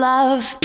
love